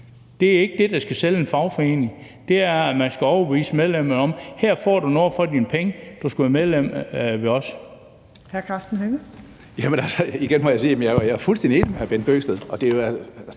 Det er ikke det, der skal sælge en fagforening; det er ved at overbevise medlemmerne om, at det er her, de får noget for deres penge – at de skal være medlemmer her